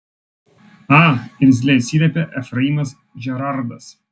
a irzliai atsiliepė efraimas džerardas